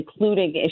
including